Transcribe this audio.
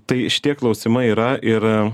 tai šitie klausimai yra ir